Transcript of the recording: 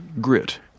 Grit